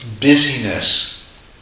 busyness